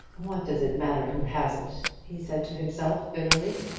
what does it matter who has it, he said to himself bitterly,